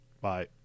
Bye